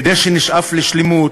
כדי שנשאף לשלמות,